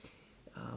um